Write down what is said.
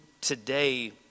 today